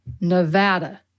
Nevada